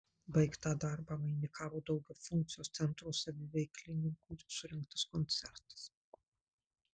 baigtą darbą vainikavo daugiafunkcio centro saviveiklininkų surengtas koncertas